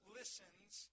listens